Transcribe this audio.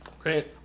Great